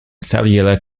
cellular